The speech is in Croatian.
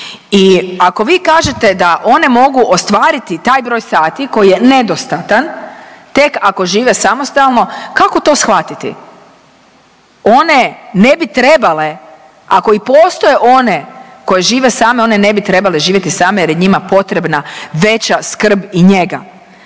I ako vi kažete da one mogu ostvariti taj broj sati koji je nedostatan tek ako žive samostalno kako to shvatiti. One ne bi trebale, ako i postoje one koje žive same, one ne bi trebale živjeti same jer je njima potrebna veća skrb i njega,